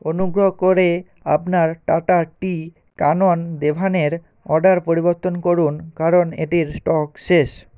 অনুগ্রহ করে আপনার টাটা টি কানন দেভানের অর্ডার পরিবর্তন করুন কারণ এটির স্টক শেষ